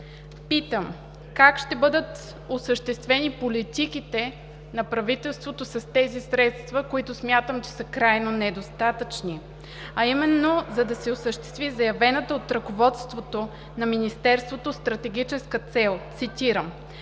Питам: как ще бъдат осъществени политиките на правителството с тези средства, които смятам, че са крайно недостатъчни, а именно за да се осъществи заявената от ръководството на Министерството стратегическа цел, цитирам: